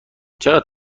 چقدر